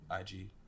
IG